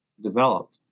developed